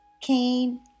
Cain